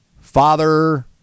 father